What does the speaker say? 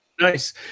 Nice